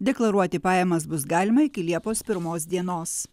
deklaruoti pajamas bus galima iki liepos pirmos dienos